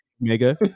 mega